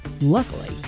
Luckily